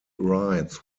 rides